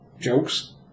jokes